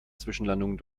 zwischenlandungen